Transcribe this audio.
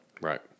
Right